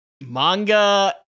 manga